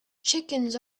chickens